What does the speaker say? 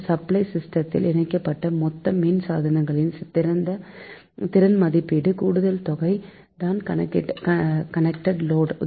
ஒரு சப்ளை சிஸ்டத்தில் இணைக்கப்பட்ட மொத்த மின் சாதனங்களின் திறன் மதிப்பீட்டு கூட்டுத்தொகை தான் கனெக்டெட் லோடு